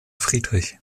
friedrich